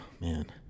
man